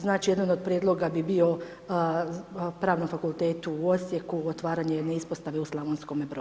Znači jedan od prijedloga bi bio Pravnom fakultetu u Osijeku otvaranje jedne ispostave u Slavonskome Brodu.